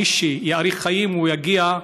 מי שיאריך חיים יגיע,